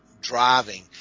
driving